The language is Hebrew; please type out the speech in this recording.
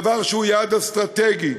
דבר שהוא יעד אסטרטגי.